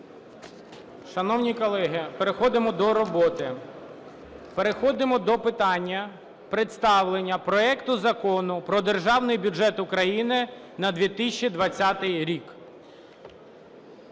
Шановні колеги, переходимо до роботи. Переходимо до питання представлення проекту Закону про Державний бюджет України на 2020 рік.